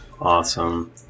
Awesome